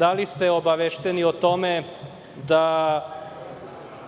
da li ste obavešteni o tome da